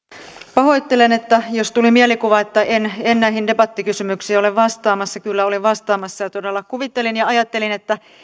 pahoittelen jos tuli mielikuva että en en näihin debattikysymyksiin ole vastaamassa kyllä olen vastaamassa ja todella kuvittelin ja ajattelin että